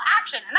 action